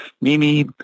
Mimi